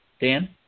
Dan